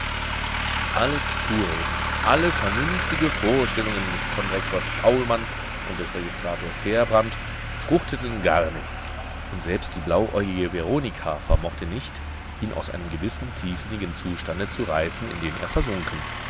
alles zureden alle vernünftige vorstellungen des konrektors paulmann und des registrators heerbrand fruchteten gar nichts und selbst die blauäugige veronika vermochte nicht ihn aus einem gewissen tiefsinnigen zustande zu reißen in den er versunken